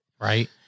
Right